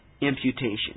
imputation